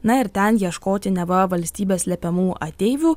na ir ten ieškoti neva valstybės slepiamų ateivių